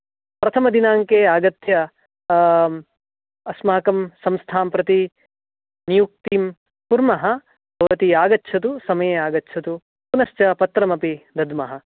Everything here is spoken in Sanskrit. प्रथमदिनाङ्के आगत्य अस्माकं संस्थां प्रति नियुक्तिं कुर्मः भवती आगच्छतु समये आगच्छतु पुनश्च पत्रमपि दद्मः